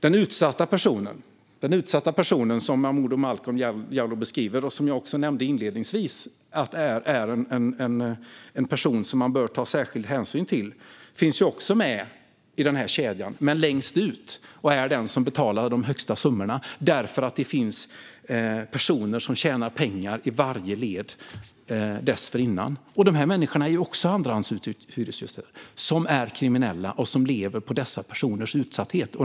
Den utsatta personen, som Momodou Malcolm Jallow beskriver och som jag nämnde inledningsvis, är en person som man bör ta särskild hänsyn till men som också finns med i kedjan. Men personen är längst ut i kedjan och är den som betalar de högsta summorna eftersom det i varje led dessförinnan finns personer som tjänar pengar. De personerna är också andrahandshyresgäster som är kriminella och lever på dessa personers utsatthet.